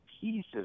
pieces